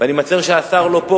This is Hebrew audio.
ואני מצר שהשר לא פה,